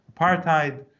apartheid